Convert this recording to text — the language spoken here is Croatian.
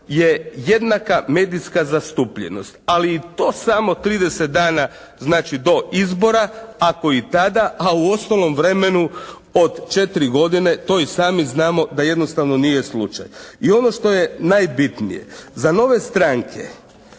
je jednaka medijska zastupljenost, ali i to samo 30 dana znači do izbora ako i tada a u ostalom vremenu od 4 godine to i sami znamo da jednostavno nije slučaj. I ono što je najbitnije. Za nove stranke